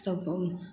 सभ